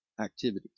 activities